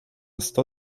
sto